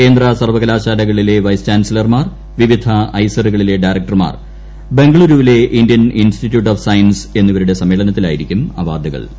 കേന്ദ്ര സർവകലാശാലകളിലെ വൈസ് ചാൻസലർമാർ വിവിധ ഐസറുകളിലെ ഡയറക്ടർമാർ ബാംഗ്ലൂരിലെ ഇന്ത്യൻ ഇൻസ്റ്റിറ്റ്യൂട്ട് ഓഫ് സയൻസ് എന്നിവരുടെ സമ്മേളനത്തിലായിരിക്കും അവാർഡുകൾ നൽകുക